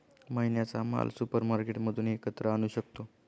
महिन्याचा माल सुपरमार्केटमधून एकत्र आणू शकतो